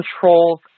controls